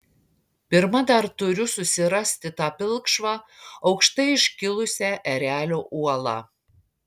pirma dar turiu susirasti tą pilkšvą aukštai iškilusią erelio uolą